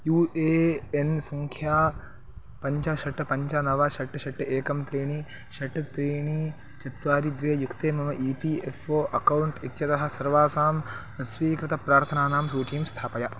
you A N सङ्ख्या पञ्च षट् पञ्च नव षट् षट् एकं त्रीणि षट् त्रीणि चत्वारि द्वे युक्ते मम E P F O account इत्यतः सर्वासाम् अस्वीकृतप्रार्थनानां सूचीं स्थापय